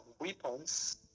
weapons